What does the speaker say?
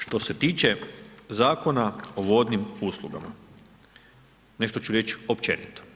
Što se tiče Zakona o vodnim uslugama, nešto ću reći općenito.